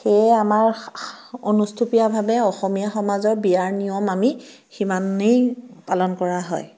সেয়ে আমাৰ অনুষ্টুপীয়াভাৱে অসমীয়া সমাজৰ বিয়াৰ নিয়ম আমি সিমানেই পালন কৰা হয়